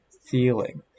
feeling